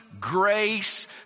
grace